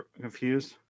confused